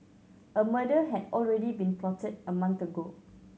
a murder had already been plotted a month ago